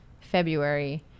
february